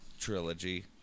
Trilogy